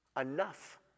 enough